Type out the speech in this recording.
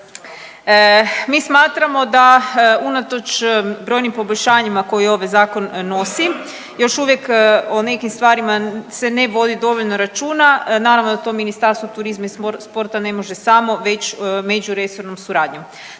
Mi smatramo da unatoč brojnim poboljšanjima koje ovaj zakon nosi još uvijek o nekim stvarima se ne vodi dovoljno računa. Naravno da to Ministarstvo turizma i sporta ne može samo već međuresornom suradnjom.